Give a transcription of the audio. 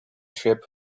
trip